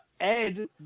Ed